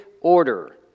order